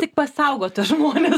tik pasaugot tuos žmones